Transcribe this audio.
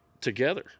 together